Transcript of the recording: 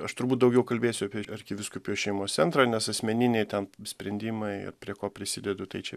aš turbūt daugiau kalbėsiu apie arkivyskupijos šeimos centrą nes asmeniniai ten sprendimai ir prie ko prisidedu tai čia